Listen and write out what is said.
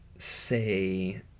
say